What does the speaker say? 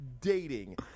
dating